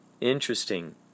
interesting